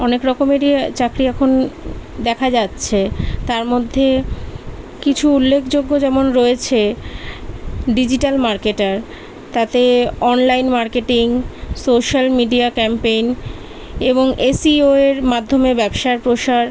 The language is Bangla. অনেক রকমেরই চাকরি এখন দেখা যাচ্ছে তার মধ্যে কিছু উল্লেখযোগ্য যেমন রয়েছে ডিজিটাল মার্কেটার তাতে online marketing social media campaign এবং এসইওয়ের মাধ্যমে ব্যবসার প্রসার